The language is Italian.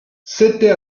sette